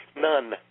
None